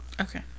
Okay